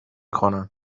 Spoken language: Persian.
کنن